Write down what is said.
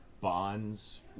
bonds